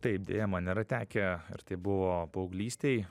taip deja man yra tekę ir tai buvo paauglystėj